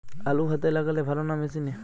আলু হাতে লাগালে ভালো না মেশিনে?